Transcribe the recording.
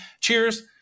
cheers